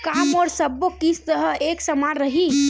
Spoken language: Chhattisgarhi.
का मोर सबो किस्त ह एक समान रहि?